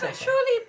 surely